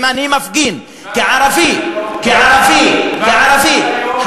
אם אני מפגין, כערבי, כערבי, והרצח של היום?